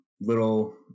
little